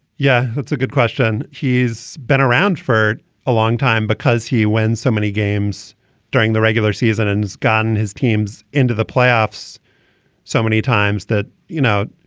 yeah, that's a good question. he's been around for a long time because he when so many games during the regular season and has gotten his teams into the playoffs so many times that, you know,